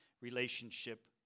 relationship